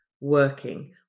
working